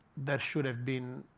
that should have been